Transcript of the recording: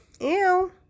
Ew